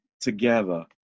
together